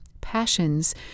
Passions